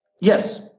Yes